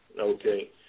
okay